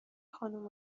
خانم